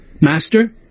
Master